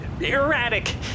Erratic